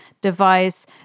device